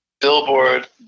Billboard